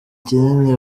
kinini